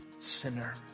sinner